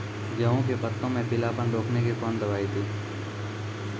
गेहूँ के पत्तों मे पीलापन रोकने के कौन दवाई दी?